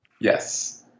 yes